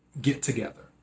get-together